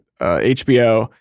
HBO